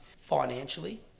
Financially